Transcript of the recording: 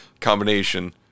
combination